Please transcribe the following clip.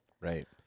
Right